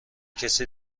کسی